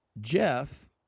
Jeff